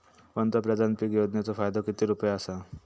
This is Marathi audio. पंतप्रधान पीक योजनेचो फायदो किती रुपये आसा?